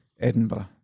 Edinburgh